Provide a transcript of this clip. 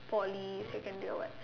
Poly secondary or what